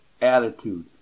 attitude